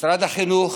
משרד החינוך